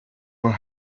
were